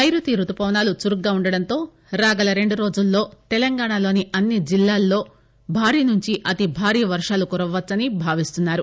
నైరుతి రుతుపవనాలు చురుగ్గా వుండటంతో రాగల రెండు రోజుల్లో తెలంగాణలోని అన్ని జిల్లాల్లో భారీ నుంచి అతి భారీ వర్షాలు కురవ్వచ్చని భావిస్తున్నారు